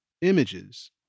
images